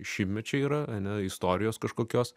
šimtmečiai yra ane istorijos kažkokios